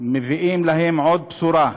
מביאים להם עוד בשורה,